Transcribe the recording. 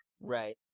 Right